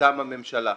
מטעם הממשלה.